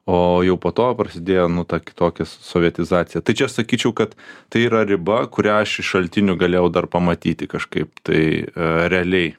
o jau po to prasidėjo nu ta kitokia so sovietizacija tai čia sakyčiau kad tai yra riba kurią aš iš šaltinių galėjau dar pamatyti kažkaip tai realiai